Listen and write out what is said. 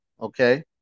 okay